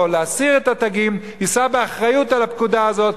להסיר את התגים יישא באחריות על הפקודה הזאת,